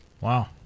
Wow